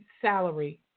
salary